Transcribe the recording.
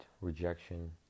rejection